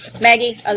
Maggie